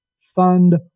fund